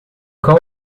cão